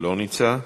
לא נמצא,